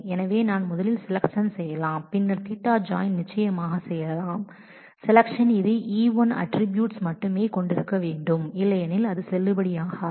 எனவே நான் முதலில் செலக்ஷன் செய்யலாம் பின்னர் Ɵ ஜாயின் நிச்சயமாக செய்யலாம் செலக்ஷன் இது E1 இன் அட்ட்ரிபூயூட்ஸ் மட்டுமே கொண்டிருக்க வேண்டும் இல்லையெனில் இது செல்லுபடியாகாது